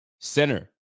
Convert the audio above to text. center